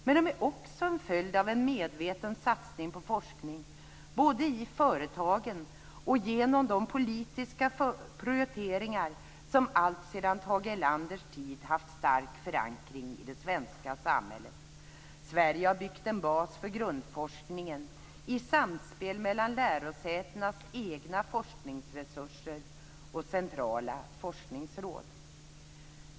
Men de är också en följd av en medveten satsning på forskning, både i företagen och genom de politiska prioriteringar som alltsedan Tage Erlanders tid haft stark förankring i det svenska samhället. Sverige har byggt en bas för grundforskningen i samspel mellan lärosätenas egna forskningsresurser och centrala forskningsråd.